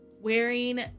Wearing